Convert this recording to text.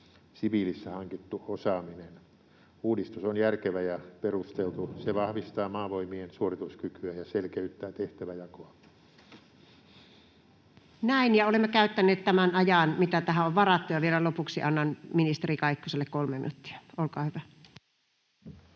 siviilissä hankittu osaaminen. Uudistus on järkevä ja perusteltu. Se vahvistaa Maavoimien suorituskykyä ja selkeyttää tehtäväjakoa. Näin, ja olemme käyttäneet tämän ajan, mitä tähän on varattu. — Ja vielä lopuksi annan ministeri Kaikkoselle 3 minuuttia, olkaa hyvä.